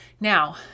now